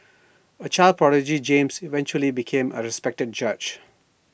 A child prodigy James eventually became A respected judge